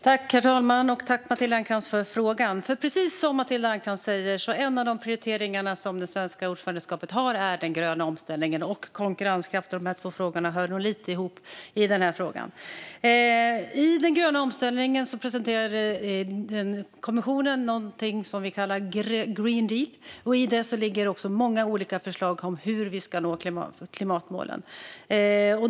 Herr talman! Tack, Matilda Ernkrans, för frågan! Precis som Matilda Ernkrans säger är en av de prioriteringar som det svenska ordförandeskapet har just den gröna omställningen, liksom konkurrenskraften, och dessa två frågor hör nog lite ihop här. När det gäller den gröna omställningen presenterade kommissionen någonting som vi kallar Green Deal, och i det ligger också många olika förslag om hur vi ska nå klimatmålen.